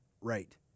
right